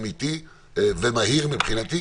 אמיתי ומהיר מבחינתי,